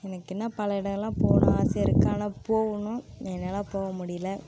எனக்கு என்ன பல இடங்கள்லாம் போகணும் ஆசையாக இருக்குது ஆனால் போகணும் என்னால் போக முடியல